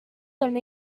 then